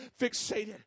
Fixated